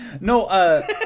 No